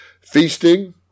feasting